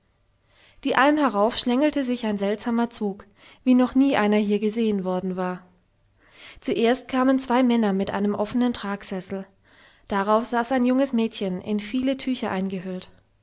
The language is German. die alm herauf schlängelte sich ein seltsamer zug wie noch nie einer hier gesehen worden war zuerst kamen zwei männer mit einem offenen tragsessel darauf saß ein junges mädchen in viele tücher eingehüllt